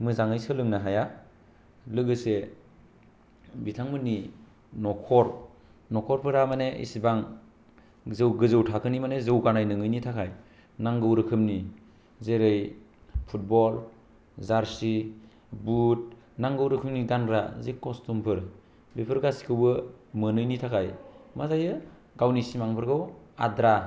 मोजाङै सोलोंनो हाया लोगोसे बिथांमोननि नखर नखरफोरा माने इसेबां जौ गोजौ थाखोनि मानि जौगानाय नोयैनि थाखाय नांगौ रोखोमनि जेरै फुटबल जार्सि बुट नांगौ रोखोमनि गानग्रा जे कस्टुमफोर बिफोर गासिखौबो मोनैनि थाखाय मा जायो गावनि सिमां फोरखौ आद्रा